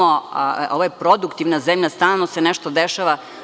Ovo je produktivna zemlja, stalno se nešto dešava.